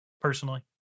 personally